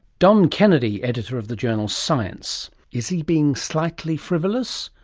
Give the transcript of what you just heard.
don kennedy, editor of the journal science. is he being slightly frivolous?